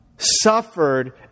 suffered